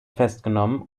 festgenommen